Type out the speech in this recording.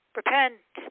repent